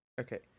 Okay